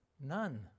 None